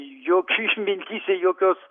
jokių mintyse jokios